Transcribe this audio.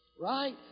right